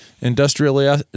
industrial